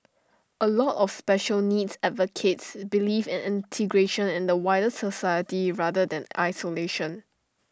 A lot of special needs advocates believe in integration and wider society rather than isolation